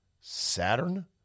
Saturn